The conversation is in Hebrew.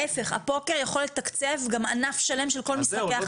הפוקר יכול לתקצב גם ענף שלם של כל משחקי החשיבה.